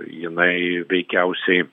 jinai veikiausiai